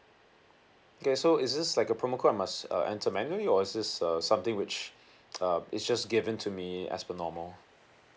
okay so is this like a promo code I must uh enter manually or is this uh something which um it's just given to me as per normal